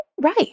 Right